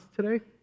today